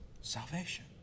salvation